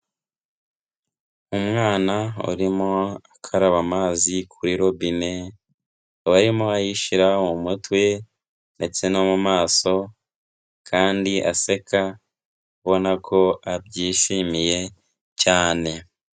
Umwana urimo akaraba amazi kuri robine, arimo arayishyiraho mu mutwe ndetse no mu maso, kandi aseka, ubona ko abyishimiye cyane.